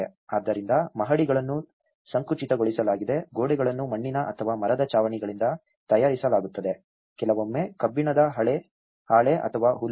ಆದ್ದರಿಂದ ಮಹಡಿಗಳನ್ನು ಸಂಕುಚಿತಗೊಳಿಸಲಾಗಿದೆ ಗೋಡೆಗಳನ್ನು ಮಣ್ಣಿನ ಅಥವಾ ಮರದ ಛಾವಣಿಗಳಿಂದ ತಯಾರಿಸಲಾಗುತ್ತದೆ ಕೆಲವೊಮ್ಮೆ ಕಬ್ಬಿಣದ ಹಾಳೆ ಅಥವಾ ಹುಲ್ಲು